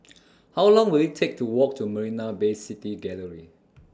How Long Will IT Take to Walk to Marina Bay City Gallery